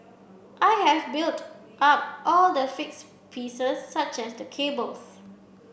I have built up all the fixed pieces such as the cables